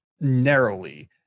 narrowly